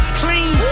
clean